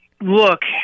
Look